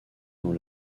dans